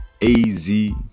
A-Z